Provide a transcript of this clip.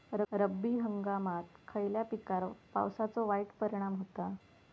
रब्बी हंगामात खयल्या पिकार पावसाचो वाईट परिणाम होता?